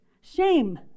shame